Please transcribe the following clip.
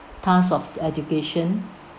task of education